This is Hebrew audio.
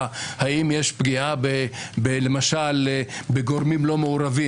האם יש פגיעה למשל בגורמים לא מעורבים.